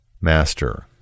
Master